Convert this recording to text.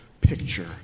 picture